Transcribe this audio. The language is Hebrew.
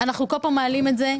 אנחנו כל פעם מעלים את זה,